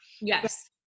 Yes